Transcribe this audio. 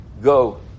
go